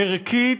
ערכית,